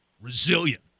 resilient